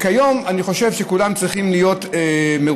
כיום אני חושב שכולם צריכים להיות מרוצים.